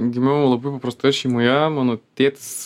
gimiau labai paprastoje šeimoje mano tėtis